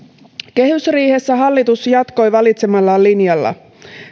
kehysriihessä hallitus jatkoi valitsemallaan linjalla